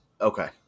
Okay